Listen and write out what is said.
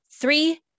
Three